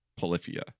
Polyphia